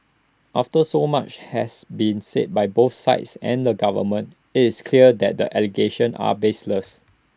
after so much has been said by both sides and the government IT is clear that the allegations are baseless